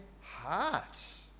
hearts